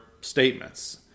statements